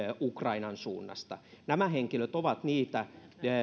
ukrainan suunnasta nämä henkilöt ovat niitä